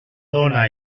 dona